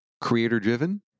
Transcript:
Creator-driven